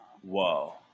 whoa